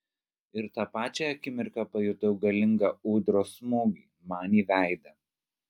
ir tą pačią akimirką pajutau galingą ūdros smūgį man į veidą